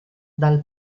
dal